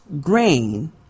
grain